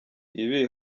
ibi